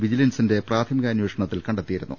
വിജിലൻസിന്റെ പ്രാഥമികാനേ ഷണത്തിൽ കണ്ടെത്തിയിരുന്നു